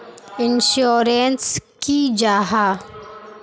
Insurance की जाहा?